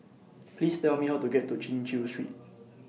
Please Tell Me How to get to Chin Chew Street